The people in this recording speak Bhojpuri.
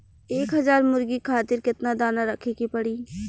एक हज़ार मुर्गी खातिर केतना दाना रखे के पड़ी?